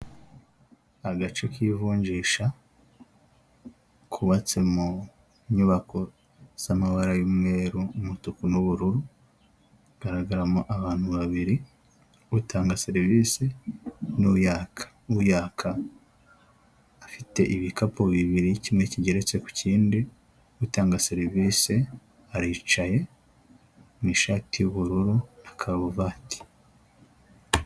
Agace k'ivunjisha kubatse mu nyubako z' amabara y'umweru, umutuku n'ubururu hagaragaramo abantu babiri utanga serivisi, nt'uyaka. Uyaka afite ibikapu bibiri kimwe kigeretse ku kindi, utanga serivisi aricaye mushati y'ubururu na karuvati.